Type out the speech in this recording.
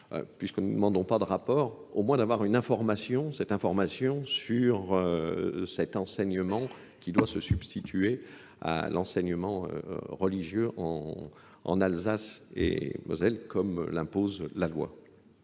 Puisque nous ne demandons pas de rapport, au moins d'avoir une information, cette information sur cet enseignement qui doit se substituer à l'enseignement religieux en Alsace et Moselle comme l'impose la loi.